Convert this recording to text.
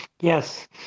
Yes